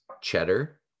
cheddar